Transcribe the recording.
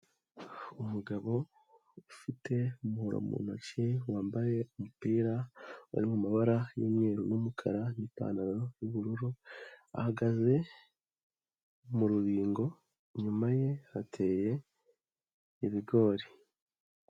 Umugabo ufite umuhoro mu ntoki wambaye umupira uri mu mabara y'umweru n'umukara n'ipantaro y'ubururu, ahagaze mu rubingo, inyuma ye hateye ibigori.